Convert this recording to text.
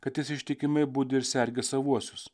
kad jis ištikimai budi ir sergi savuosius